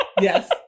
Yes